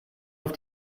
auf